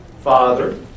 Father